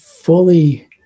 Fully